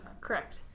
Correct